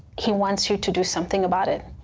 he wants you to do something about it.